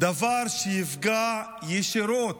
דבר שיפגע ישירות